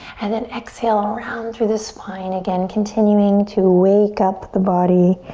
and then exhale, um round through the spine again. continuing to wake up the body,